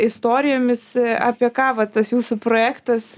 istorijomis apie ka va tas jūsų projektas